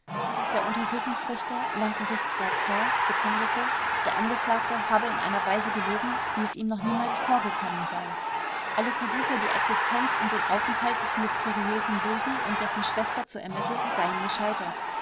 der untersuchungsrichter landgerichtsrat herr bekundete der angeklagte habe in einer weise gelogen wie es ihm noch niemals vorgekommen sei alle versuche die existenz und den aufenthalt des mysteriösen löwy und dessen schwester zu ermitteln seien gescheitert